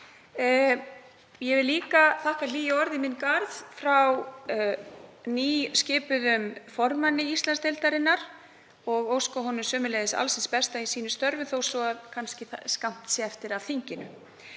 Ég vil líka þakka hlý orð í minn garð frá nýskipuðum formanni Íslandsdeildarinnar og óska honum sömuleiðis alls hins besta í sínum störfum, þó svo að skammt sé kannski eftir af þinginu.